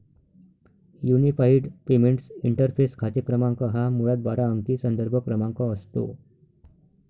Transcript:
unified payments interface खाते क्रमांक हा मुळात बारा अंकी संदर्भ क्रमांक असतो